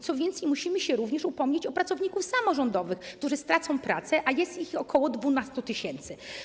Co więcej, musimy się również upomnieć o pracowników samorządowych, którzy stracą pracę, a jest ich ok. 12 tys.